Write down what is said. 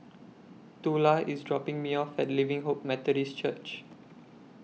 Tula IS dropping Me off At Living Hope Methodist Church